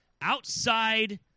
outside